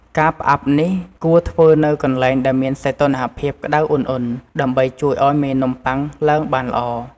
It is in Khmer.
ការផ្អាប់នេះគួរធ្វើនៅកន្លែងដែលមានសីតុណ្ហភាពក្ដៅឧណ្ហៗ ដើម្បីជួយឱ្យមេនំប៉័ងឡើងបានល្អ។